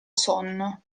sonno